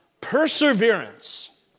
perseverance